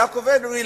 יעקב אדרי,